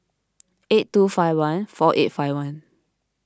eight two five one four eight five one